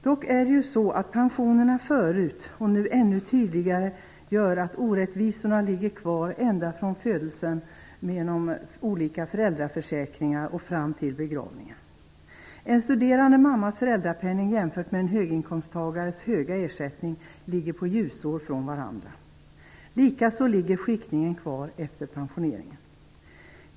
Dock är det så att pensionerna tidigare och nu ännu tydligare gör att orättvisorna lever kvar ända från födelsen och fram till begravningen. Det beror bl.a. på olika föräldraförsäkringar. En studerande mammas föräldrapenning jämfört med en höginkomsttagares höga ersättning ligger ljusår från varandra. Likaså finns skiktningen kvar efter pensioneringen.